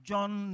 John